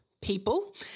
people